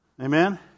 Amen